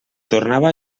tornava